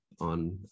on